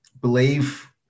believe